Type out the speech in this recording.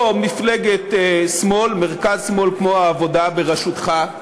או מפלגת שמאל, מרכז-שמאל, כמו העבודה בראשותך,